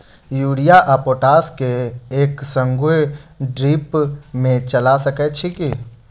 Urea आ potash केँ एक संगे ड्रिप मे चला सकैत छी की?